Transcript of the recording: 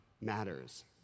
matters